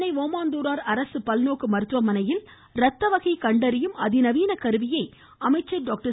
சென்னை ஓமாந்தூரார் அரசு பல்நோக்கு மருத்துவமனையில் ரத்த வகை கண்டறியும் அதிநவீன கருவியை அமைச்சர் டாக்டர்